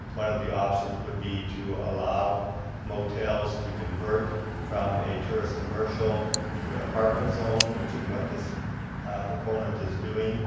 one of the options would be to allow motels to convert from a tourist commercial to an apartment zone which is what this proponent is doing